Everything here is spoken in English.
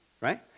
right